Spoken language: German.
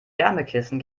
wärmekissen